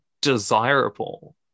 desirable